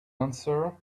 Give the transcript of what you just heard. answer